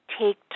take